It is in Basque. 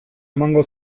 emango